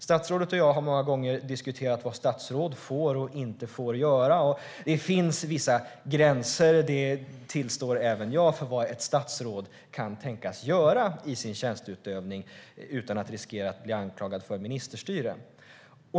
Statsrådet och jag har många gånger diskuterat vad statsråd får och inte får göra, och det finns vissa gränser, tillstår även jag, för vad ett statsråd kan göra i sin tjänsteutövning utan att riskera att bli anklagad för ministerstyre.